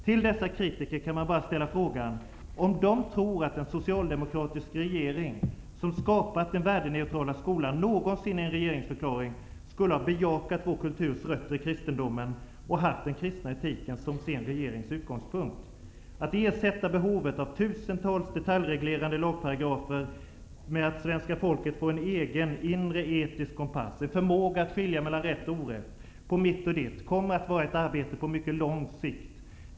Till dessa kritiker kan man bara ställa frågan om de tror att en socialdemokratisk regering, som skapat den värdeneutrala skolan, någonsin i en regeringsförklaring skulle ha bejakat vår kulturs rötter i kristendomen och haft den kristna etiken som sin regerings utgångspunkt. Att ersätta behovet av tusentals detaljreglerande lagparagrafer med att svenska folket får en egen, inre etisk kompass, en förmåga att skilja på rätt och orätt, på mitt och ditt, kommer att vara ett arbete på mycket lång sikt.